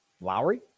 Lowry